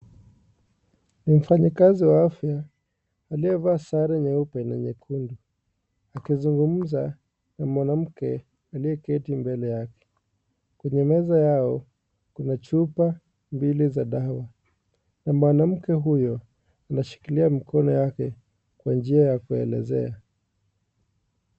Mfanyikazi wa afya aliyevalaa sare nyeupe na nyekundu akizungumza na mwanamke aliyeketi mbele yake. Kwenye meza yao, kuna chupa mbili za dawa na mwanamke huyo anashikilia mikono yake kwa njia ya kuelezea.